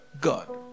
God